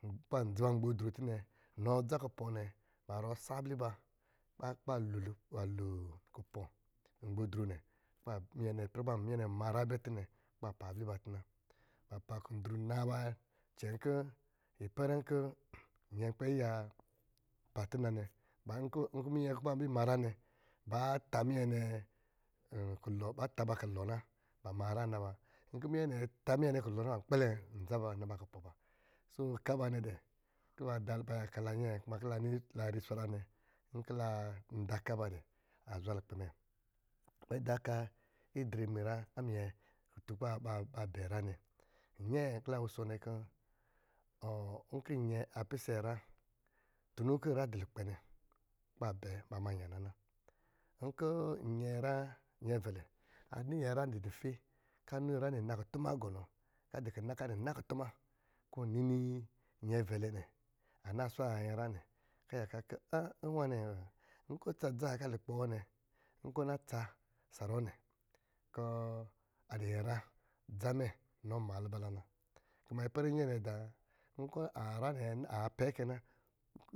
Kó ban dzi bamgbodroo tɔ nɛ, nɔ adza kupɔ̄ nɛ ban zɔrɔ sá abli ba kɔ̄ ba kɔ̄ ba lo kupɔ̄ mgbodroo nɛ kɔ̄ ba minyɛ nɛ-minyɛ nɛ ma nyrá bɛ nɛ kɔ̄ ban pa abliba tɔ na, nba pa kundru naba cɛn kɔ̄, ipɛre kɔ̄, nyɛ an kpɛ yiya pa tɔ na nɛ, nkɔ̄ minyɛn kɔ̄ ba bɛ ima nyrá nɛ ba ta ba kulo na ba ma nyrá na ba, nkɔ̄ minyɛ nɛ kulɔ na ban kpɛlɛ ndza ba naba kupɔ̄ ba ɔka a banɛ dɛ́ kɔ̄ ba da, ba yaka nnyɛɛ, kuma kɔ̄ la nini lari swaraa nɛ, nkɔ̄ la da ɔka ba dɛ azwa lukpɛ mɛ. Nkpɛ da ka idri a munyrá n minyɛ kutun ká baba bɛ nyrá nɛ, nnyɛɛ kɔ̄ la wusɔ nɛ kɔ̄ nkɔ̄ nyɛ a pisɛ nyrá tunuu nyrá a dɔ̄ lukpe nyɛ ma nyana na. Nkɔ̄ nnyɛ a nyrá a nyɛvɛlɛ ani nyrá dɔ̄ nife kɔ̄ a ni nyrá nɛ na kutuma gɔnɔ kɔ̄ a dɔ̄ kina ko a dɔ̄ na kutuma kɔ̄ ɔ nini nyɛvɛlɛ nɛ a na swara nyinyrá kɔ̄ a yakaa kɔ̄ nnwa nɛɛ n kɔ̄ ɔ tsa dza nwai kɔ̄ a lukpɛ wɔ nɛ kɔ̄ a kɔ̄ nyinyrá dza mɛ inɔ maa lubala na, kuma ipɛrɛ inyɛɛ nɛ dáá wa, nkɔ̄ kaa nyrá nɛ aa pɛ kɛ na,